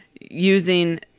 using